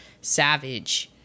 savage